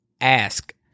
ask